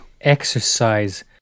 Exercise